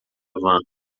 van